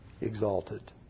exalted